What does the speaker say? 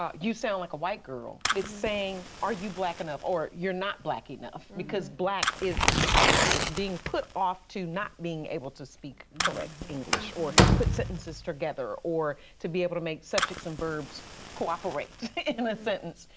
um you sound like a white girl. it's saying, are you black enough or you're not black enough because black is is being put off to not being able to speak correct english or put sentences together or to be able to make subjects and verbs cooperate in a sentence.